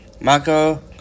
Marco